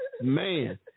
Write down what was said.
Man